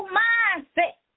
mindset